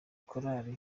korali